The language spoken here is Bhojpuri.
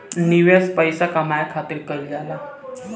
निवेश पइसा कमाए खातिर कइल जाला